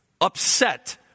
upset